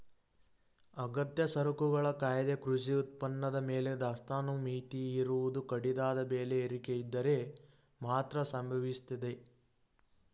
ಅಗತ್ಯ ಸರಕುಗಳ ಕಾಯ್ದೆ ಕೃಷಿ ಉತ್ಪನ್ನದ ಮೇಲೆ ದಾಸ್ತಾನು ಮಿತಿ ಹೇರುವುದು ಕಡಿದಾದ ಬೆಲೆ ಏರಿಕೆಯಿದ್ದರೆ ಮಾತ್ರ ಸಂಭವಿಸ್ತದೆ